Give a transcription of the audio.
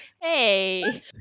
Hey